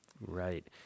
Right